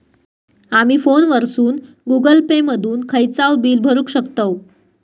आमी फोनवरसून Google Pay मधून खयचाव बिल भरुक शकतव